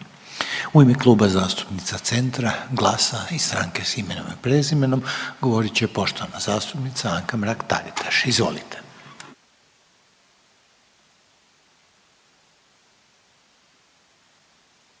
U ime Kluba zastupnica Centra, GLAS-a i Stanke s imenom i prezimenom govorit će poštovana zastupnica Anka Mrak Taritaš. Izvolite.